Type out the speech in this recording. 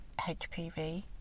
HPV